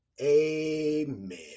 Amen